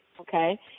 okay